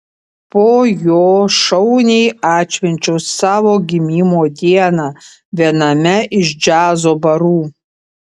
po jo šauniai atšvenčiau savo gimimo dieną viename iš džiazo barų